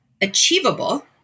achievable